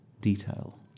detail